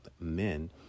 men